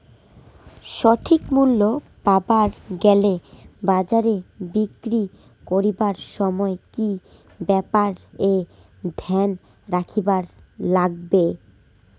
সঠিক মূল্য পাবার গেলে বাজারে বিক্রি করিবার সময় কি কি ব্যাপার এ ধ্যান রাখিবার লাগবে?